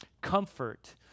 comfort